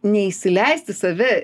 neįsileist į save